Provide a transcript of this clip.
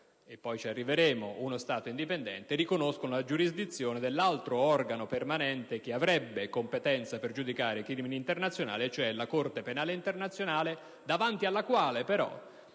e poi ci arriveremo - uno Stato indipendente, riconoscono la giurisdizione dell'altro organo permanente che avrebbe competenza per giudicare i crimini internazionali, vale a dire la Corte penale internazionale, davanti alla quale però